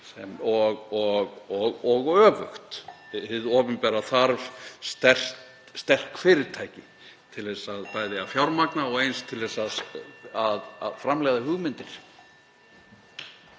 hringir.) hið opinbera þarf sterk fyrirtæki til þess að bæði fjármagna og eins til að framleiða hugmyndir.